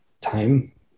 time